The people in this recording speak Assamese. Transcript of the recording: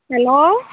হেল্ল'